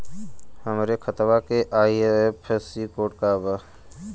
हमरे खतवा के आई.एफ.एस.सी कोड का बा?